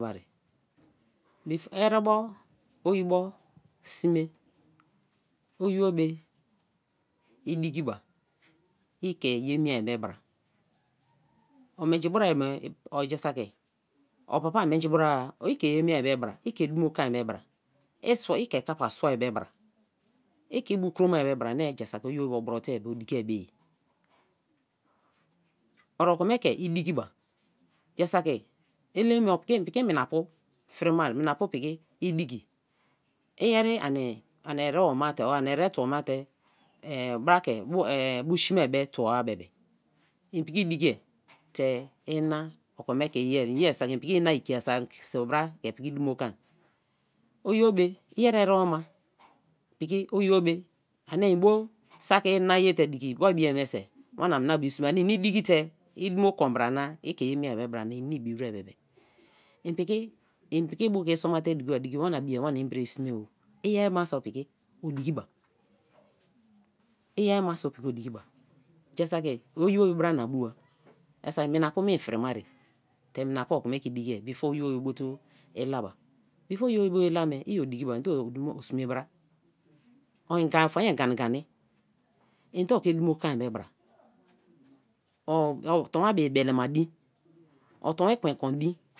erebo. oyibo sme. oyio be idiki ba ike ye mie be bra o menji bra me ja saki. opa pa menji bro-a. oi ke ye mie be bra. ike dumo kon be bra. ike kappa sua be bra. ike ibu kroma be bia. oyio be o bro tei o diki be ye. o okun me ke i diki ba. ja saki elem mei piki minapu frima. minapu piki i diki. i ere ani eremate or ani ere tuo ma te bu shei mai be tuo-a bebe en piki dikie te ina o kan me ke ye. en ye saki ep piki en na ikiaso bra ke piki dumo kun-a. oyio be. iyeri ere-oma piki oyio be. ani eni bo saki ere na yete diki waribie miense wania mina-bo i sme ani en ine i diki te i dumo kon bra na. ike ye miei be bra na eni na ibiwer bebe. en piki bu kei somba te duka ma menso wana bii i wana bre sme o. iyeri ma so piki odiki ba. iye ma so piki odiki ba, ja saki oyio be bra na bua. ja saki oyio be bra na bua. ja saki minapu mei firima ye te minapu okeme ke i diki before oyio be bu i la me. i yo diki ba. ende o-dumo sme bra. o famayan ngan igani. ende ke dumo kun be bra. o tonwan bi bele ma din. o tonwan ekwen kun din.